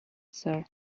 sir